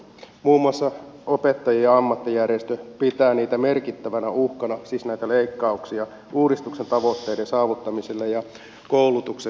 muun muassa opettajien ammattijärjestö pitää näitä leikkauksia merkittävänä uhkana uudistuksen tavoitteiden saavuttamiselle ja koulutuksen laadulle